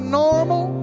normal